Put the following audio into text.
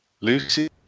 Lucy